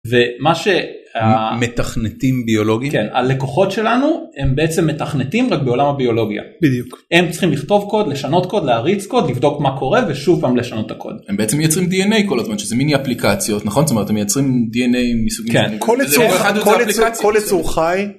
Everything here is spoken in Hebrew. זה מה שהמתכנתים ביולוגית הלקוחות שלנו הם בעצם מתכנתים בעולם הביולוגיה בדיוק הם צריכים לכתוב קוד לשנות קוד להריץ קוד לבדוק מה קורה ושוב פעם לשנות הקוד. הם בעצם מייצרים dna כל הזמן שזה מיני אפליקציות נכון זאת אומרת מייצרים dna.כן כל יצור חי